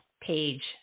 page